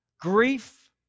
grief